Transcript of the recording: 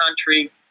country